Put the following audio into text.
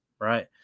right